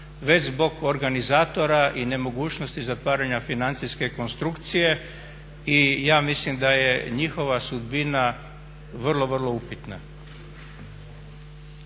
već zbog organizatora i nemogućnosti zatvaranja financijske konstrukcije i ja mislim da je njihova sudbina vrlo, vrlo upitna.